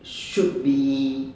should be